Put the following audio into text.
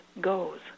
goes